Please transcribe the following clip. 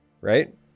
right